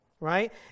Right